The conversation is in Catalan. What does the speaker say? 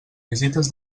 visites